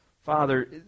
Father